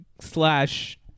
slash